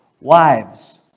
Wives